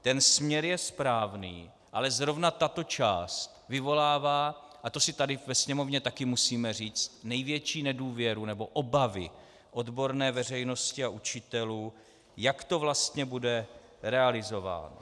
Ten směr je správný, ale zrovna tato část vyvolává, a to si tady ve Sněmovně taky musíme říct, největší nedůvěru nebo obavy odborné veřejnosti a učitelů, jak to vlastně bude realizováno.